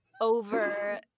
over